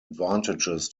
advantages